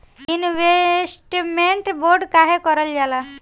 Investment bond काहे कारल जाला?